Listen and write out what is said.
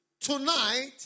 Tonight